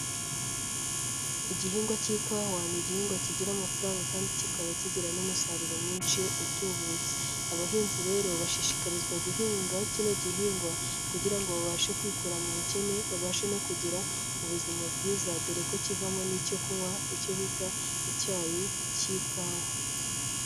Igihingwa cy'ikawa ni igihingwa kigira amafaranga kandi kikaba kigira n'umusaruro mwinshi utubutse, abahinzi rero bashishikarizwa guhinga kino gihingwa kugira ngo babashe kwikura mu bukene, babashe no kugira ubuzima bwiza dore ko kivamo n'icyo kunywa icyo bita icyayi cy'ikawa.